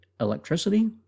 electricity